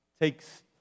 takes